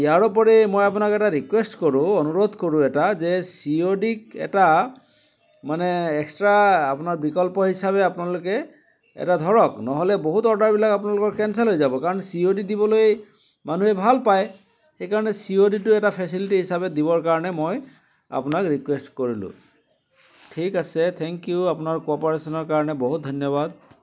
ইয়াৰ উপৰি মই আপোনাক এটা ৰিকুৱেষ্ট কৰোঁ অনুৰোধ কৰোঁ এটা যে চি অ' ডিক এটা মানে এক্সট্ৰা আপোনাৰ বিকল্প হিচাপে আপোনালোকে এটা ধৰক নহ'লে বহুত অৰ্ডাৰবিলাক আপোনালোকৰ কেন্ছেল হৈ যাব কাৰণ চি অ' ডিত দিবলৈ মানুহে ভাল পায় সেইকাৰণে চি অ' ডিটো এটা ফেছিলিটী হিচাপে দিবৰ কাৰণে মই আপোনাক ৰিকুৱেষ্ট কৰিলোঁ ঠিক আছে থেংক ইউ আপোনাৰ ক'পাৰেচনৰ কাৰণে বহুত ধন্যবাদ